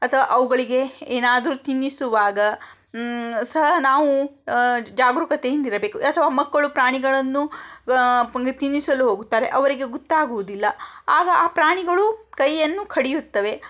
ಅಥವಾ ಅವುಗಳಿಗೆ ಏನಾದ್ರೂ ತಿನ್ನಿಸುವಾಗ ಸಹ ನಾವು ಜಾಗರೂಕತೆಯಿಂದ ಇರಬೇಕು ಅಥವಾ ಮಕ್ಕಳು ಪ್ರಾಣಿಗಳನ್ನು ಪ ತಿನ್ನಿಸಲು ಹೋಗುತ್ತಾರೆ ಅವರಿಗೆ ಗೊತ್ತಾಗುವುದಿಲ್ಲ ಆಗ ಆ ಪ್ರಾಣಿಗಳು ಕೈಯನ್ನು ಕಡಿಯುತ್ತವೆ